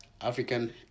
African